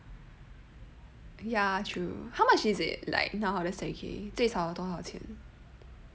ya true how much is it like now the staycay 最少多少钱